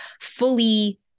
fully